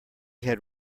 had